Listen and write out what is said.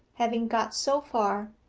having got so far,